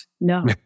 No